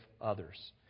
others